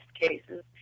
cases